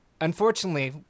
unfortunately